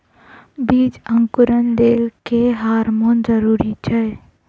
बीज अंकुरण लेल केँ हार्मोन जरूरी छै?